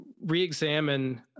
Reexamine